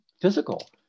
physical